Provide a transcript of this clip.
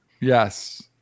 Yes